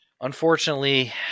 unfortunately